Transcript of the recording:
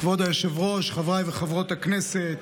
כבוד היושב-ראש, חברי וחברות הכנסת,